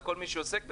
וכל מי שעוסק בזה.